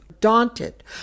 daunted